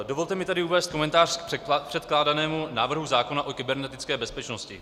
Dovolte mi tedy uvést komentář k předkládanému návrhu zákona o kybernetické bezpečnosti.